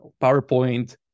PowerPoint